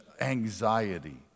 anxiety